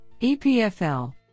EPFL